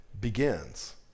begins